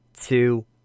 two